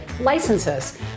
Licenses